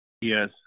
Yes